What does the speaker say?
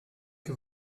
que